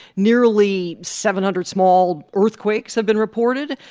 nearly seven hundred small earthquakes have been reported.